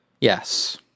yes